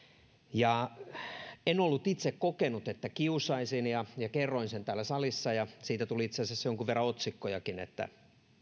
ja en ollut itse kokenut että kiusaisin kerroin sen täällä salissa ja siitä tuli itse asiassa jonkun verran otsikkojakin että